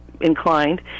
inclined